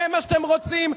זה מה שאתם רוצים.